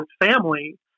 family